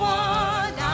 one